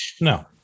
No